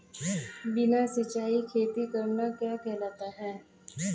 बिना सिंचाई खेती करना क्या कहलाता है?